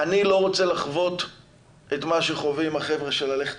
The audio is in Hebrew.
אני לא יודע איך יימשך הדיון ולכן